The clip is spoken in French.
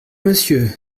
monsieur